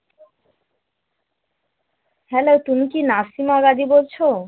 hello তুমি কি নাসিমা গাজি বলছো